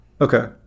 Okay